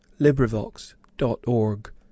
LibriVox.org